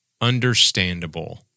understandable